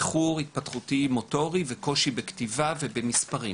איחור התפתחותי מוטורי וקושי בכתיבה ובמספרים,